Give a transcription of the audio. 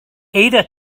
ada